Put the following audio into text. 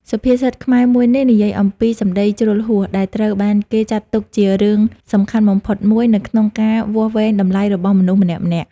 សុភាសិតខ្មែរមួយនេះនិយាយអំពី សម្តីជ្រុលហួស ដែលត្រូវបានគេចាត់ទុកជារឿងសំខាន់បំផុតមួយ នៅក្នុងការវាស់វែងតម្លៃរបស់មនុស្សម្នាក់ៗ។